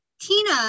Tina